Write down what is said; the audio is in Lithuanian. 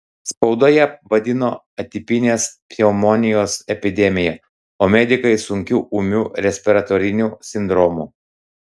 spauda ją vadino atipinės pneumonijos epidemija o medikai sunkiu ūmiu respiratoriniu sindromu